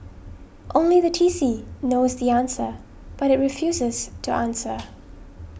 only the T C knows the answer but it refuses to answer